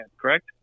correct